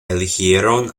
eligieron